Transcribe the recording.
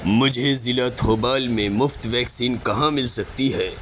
مجھے ضلع تھوبال میں مفت ویکسین کہاں مل سکتی ہے